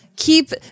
Keep